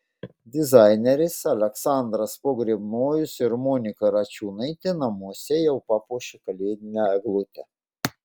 dizaineris aleksandras pogrebnojus ir monika račiūnaitė namuose jau papuošė kalėdinę eglutę